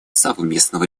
совместного